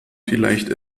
vielleicht